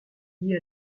lié